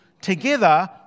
Together